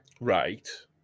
right